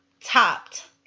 topped